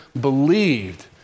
believed